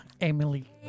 Emily